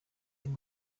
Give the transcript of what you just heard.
him